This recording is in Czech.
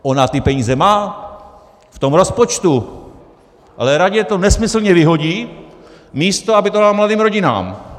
Ona ty peníze má v tom rozpočtu, ale raději to nesmyslně vyhodí, místo aby to dala mladým rodinám.